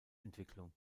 entwicklung